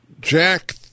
Jack